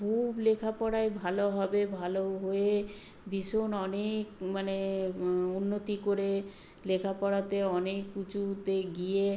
খুব লেখাপড়ায় ভালো হবে ভালো হয়ে ভীষণ অনেক মানে উন্নতি করে লেখাপড়াতে অনেক উঁচুতে গিয়ে